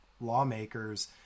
lawmakers